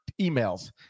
emails